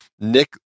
Nick